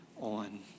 on